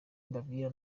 mbabwira